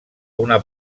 una